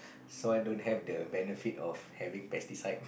soil don't have the benefit of having pesticides